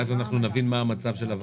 תיכף נגיע לסעיף ואז נבין מה מצב הוועדה,